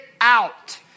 out